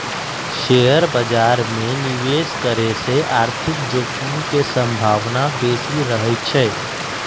share बाजार में निवेश करे से आर्थिक जोखिम के संभावना बेशि रहइ छै